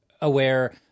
aware